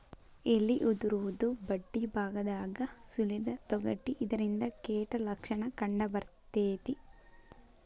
ಎಲಿ ಉದುರುದು ಬಡ್ಡಿಬಾಗದಾಗ ಸುಲಿದ ತೊಗಟಿ ಇದರಿಂದ ಕೇಟ ಲಕ್ಷಣ ಕಂಡಬರ್ತೈತಿ